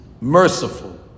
merciful